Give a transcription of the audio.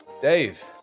dave